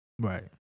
Right